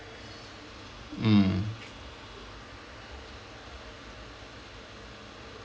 mm